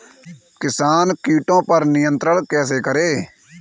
किसान कीटो पर नियंत्रण कैसे करें?